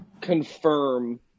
confirm